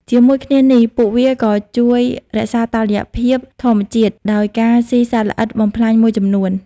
ជាមួយគ្នានេះ ពួកវាក៏ជួយរក្សាតុល្យភាពធម្មជាតិដោយការស៊ីសត្វល្អិតបំផ្លាញមួយចំនួន។